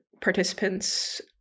participants